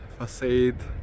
facade